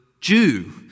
Jew